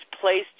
placed